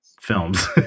films